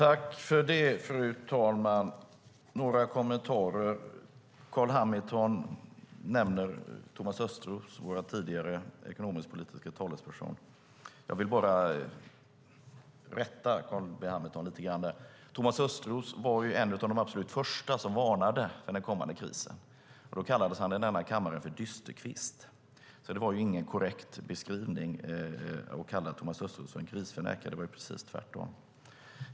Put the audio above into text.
Fru talman! Jag har några kommentarer. Carl B Hamilton nämner Thomas Östros, vår tidigare ekonomisk-politiska talesperson. Jag vill bara rätta Carl B Hamilton lite grann. Thomas Östros var en av de absolut första som varnade för den kommande krisen. Då kallades han i denna kammare för dysterkvist. Det är alltså ingen korrekt beskrivning att kalla Thomas Östros för en krisförnekare. Det var precis tvärtom.